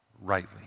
rightly